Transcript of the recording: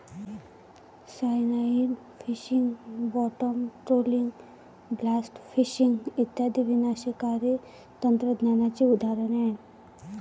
cyanide fishing, bottom trawling, blast fishing इत्यादी विनाशकारी तंत्रज्ञानाची उदाहरणे आहेत